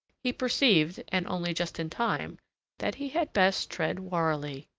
he perceived and only just in time that he had best tread warily.